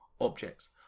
objects